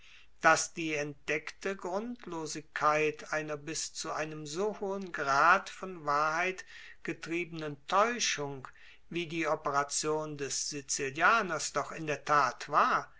daß die entdeckte grundlosigkeit einer bis zu einem so hohen grad von wahrheit getriebenen täuschung wie die operation des sizilianers doch in der tat war